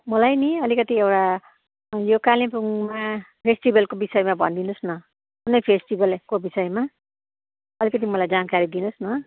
मलाई नि अलिकति एउटा यो कालिम्पोङमा फेस्टिबलको विषयमा भनिदिनुहोस् न कुनै फेस्टिबलको विषयमा अतिकति मलाई जानकारी दिनुहोस् न